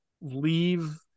leave